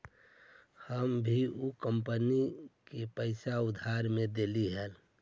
हम भी ऊ कंपनी के पैसा उधार में देली हल